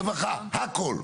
רווחה, הכל, הכל.